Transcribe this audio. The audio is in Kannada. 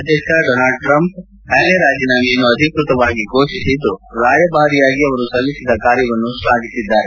ಅಧ್ಯಕ್ಷ ಡೋನಾಲ್ಡ್ ಟ್ರಂಪ್ ಹ್ವಾಲೆ ರಾಜೀನಾಮೆಯನ್ನು ಅಧಿಕೃತವಾಗಿ ಫೋಷಿಸಿದ್ದು ರಾಯಭಾರಿಯಾಗಿ ಅವರು ಸಲ್ಲಿಸಿದ ಕಾರ್ಯವನ್ನು ಶ್ಲಾಘಿಸಿದ್ದಾರೆ